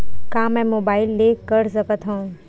का मै मोबाइल ले कर सकत हव?